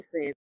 listen